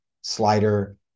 slider